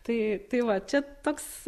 tai tai va čia toks